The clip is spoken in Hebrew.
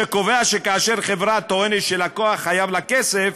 שקובע שכאשר חברה טוענת שלקוח חייב לה כסף,